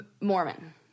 Mormon